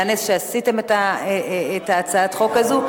שעשיתם את הצעת החוק הזאת.